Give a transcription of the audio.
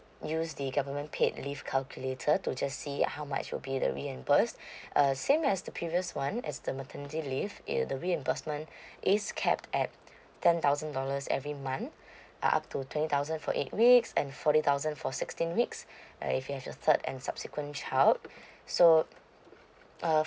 use the government paid leave calculator to just see how much will be the reimburse err same as the previous one as the maternity leave the reimbursement is capped at ten thousand dollars every month uh up to twenty thousand for eight weeks and forty thousand for sixteen weeks uh if you have a third and subsequent child so uh